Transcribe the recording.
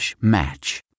match